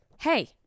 Hey